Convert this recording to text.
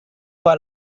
pas